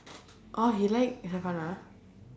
orh he like